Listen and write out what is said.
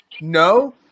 No